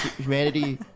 humanity